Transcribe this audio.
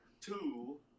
two